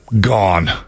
gone